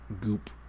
goop